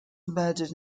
murdered